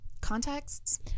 contexts